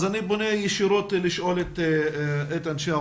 אז אני פונה ישירות לשאול את אנשי האוצר.